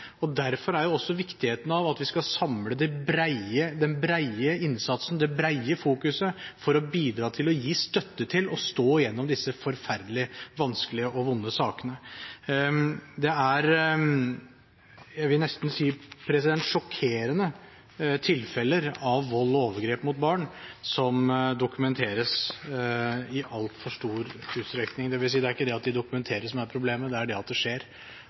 ut. Derfor er det også viktig at vi samler den brede innsatsen, det brede fokuset for å bidra til å gi støtte til og stå gjennom disse forferdelige og vanskelige, vonde sakene. Det er – jeg vil nesten si – sjokkerende tilfeller av vold og overgrep mot barn som dokumenteres i altfor stor utstrekning, dvs. det er ikke det at de dokumenteres som er problemet, men det er det at det skjer.